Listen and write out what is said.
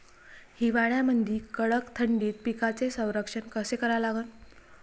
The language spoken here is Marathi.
हिवाळ्यामंदी कडक थंडीत पिकाचे संरक्षण कसे करा लागन?